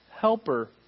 helper